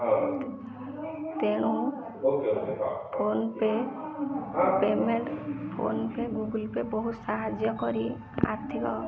ତେଣୁ PhonePe payment PhonePe Google pay ବହୁତ ସାହାଯ୍ୟ କରି ଆର୍ଥିକ